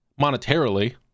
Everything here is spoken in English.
monetarily